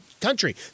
country